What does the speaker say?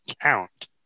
count